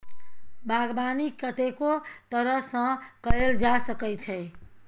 बागबानी कतेको तरह सँ कएल जा सकै छै